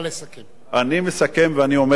אני מסכם ואני אומר, אדוני היושב-ראש,